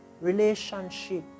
relationship